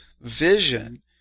vision